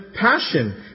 passion